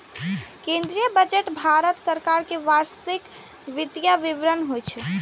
केंद्रीय बजट भारत सरकार के वार्षिक वित्तीय विवरण होइ छै